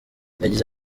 yagize